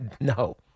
No